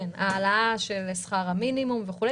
העלאה של שכר המינימום וכולי.